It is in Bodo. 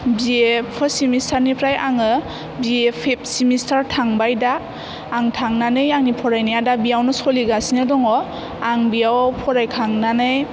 बि ए फार्स्ट सिमेस्टार निफ्राय आङो बि ए फिफ्थ सिमेस्टार थांबाय दा आं थांनानै आंनि फरायनाया दा बियावनो सोलिगासिनो दङ आं बियाव फरायखांनानै